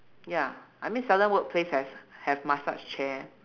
ya I mean seldom workplace has have massage chair